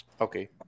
okay